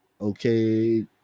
Okay